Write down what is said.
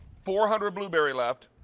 four hundred blueberry left.